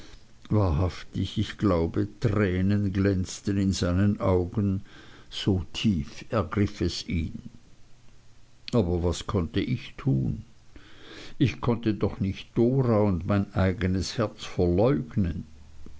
wahrhaftig ich glaube tränen glänzten in seinen augen so tief ergriff es ihn aber was konnte ich tun ich konnte doch nicht dora und mein eignes herz verleugnen